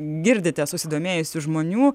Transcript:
girdite susidomėjusių žmonių